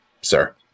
sir